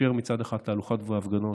תאפשר תהלוכות והפגנות,